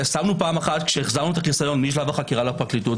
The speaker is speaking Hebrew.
שמנו פעם אחת כשהחזרנו את החיסיון משלב החקירה לפרקליטות,